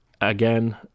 Again